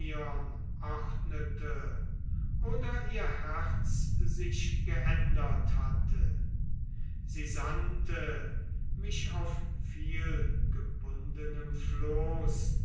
oder ihr herz sich geändert hatte sie sandte mich auf vielgebundenem floß